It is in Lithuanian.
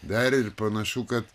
dar ir panašu kad